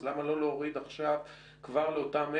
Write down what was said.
אז למה לא להוריד עכשיו כבר לאותם אלה,